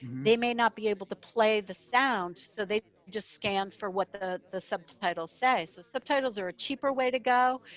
they may not be able to play the sound. so they just scan for what the the subtitle says. so subtitles are a cheaper way to go.